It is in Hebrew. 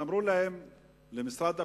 אמר הבעל למשרד הפנים: